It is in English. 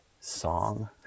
song